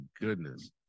goodness